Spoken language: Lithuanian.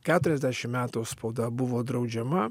keturiasdešim metų spauda buvo draudžiama